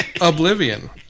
Oblivion